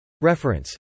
Reference